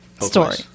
Story